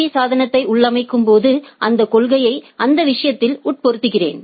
பீ சாதனத்தை உள்ளமைக்கும் போது அந்தக் கொள்கையை அந்த விஷயத்தில் உட்பொதிக்கிறேன்